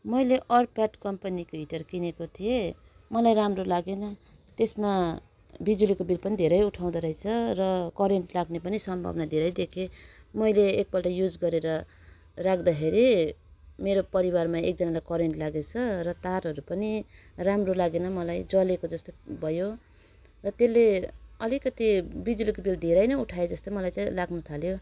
मैले अर्प्याट कम्पनीको हिटर किनेको थिएँ मलाई राम्रो लागेन त्यसमा बिजुलीको बिल पनि धेरै उठाउँदो रहेछ र करेन्ट लाग्ने पनि सम्भावना धेरै देखेँ मैले एकपल्ट युज गरेर राख्दाखेरि मेरो परिवारमा एकजनालाई करेन्ट लागेछ र तारहरू पनि राम्रो लागेन मलाई जलेको जस्तो भयो र त्यसले अलिकति बिजुलीको बिल धेरै उठायो जस्तो मलाई चाहिँ लाग्नुथाल्यो